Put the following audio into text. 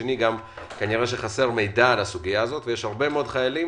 וציבור החיילים